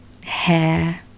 hair